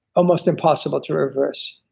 almost impossible to reverse,